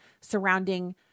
surrounding